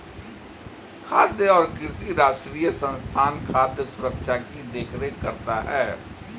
खाद्य और कृषि राष्ट्रीय संस्थान खाद्य सुरक्षा की देख रेख करता है